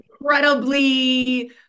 incredibly